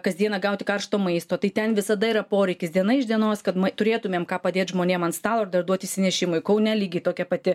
kasdieną gauti karšto maisto tai ten visada yra poreikis diena iš dienos kad turėtumėm ką padėt žmonėm ant stalo ir dar duot išsinešimui kaune lygiai tokia pati